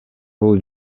бул